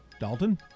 Dalton